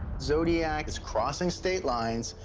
zodiac is crossing state lines.